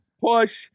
Push